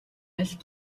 аль